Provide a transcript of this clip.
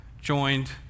joined